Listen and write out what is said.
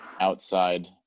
Outside